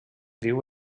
viu